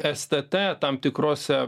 stt tam tikrose